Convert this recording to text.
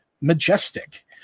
majestic